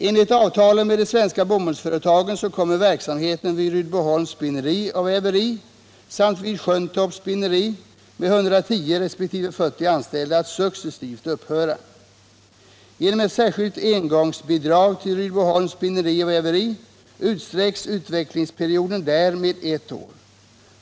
Enligt avtalen med de svenska bomullsföretagen kommer verksamheten vid Rydboholms spinneri och väveri samt vid Sjuntorps spinneri med 110 resp. 40 anställda att successivt upphöra. Genom ett särskilt engångsbidrag till Rydboholms spinneri och väveri utsträcks avvecklingsperioden där med ett år.